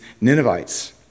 Ninevites